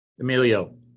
Emilio